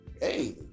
Hey